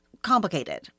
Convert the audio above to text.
complicated